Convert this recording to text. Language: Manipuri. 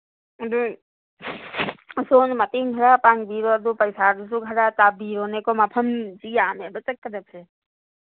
ꯑꯁꯣꯝꯅ ꯃꯇꯦꯡ ꯈꯔ ꯄꯥꯡꯕꯤꯔꯣ ꯑꯗꯨ ꯄꯩꯁꯥꯗꯨꯁꯨ ꯈꯔ ꯇꯥꯕꯤꯌꯨꯅꯦꯀꯣ ꯃꯐꯝꯗꯤ ꯌꯥꯝꯝꯦꯕꯀꯣ ꯆꯠꯀꯗꯕꯁꯤ